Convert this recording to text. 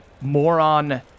moron